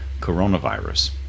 coronavirus